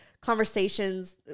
conversations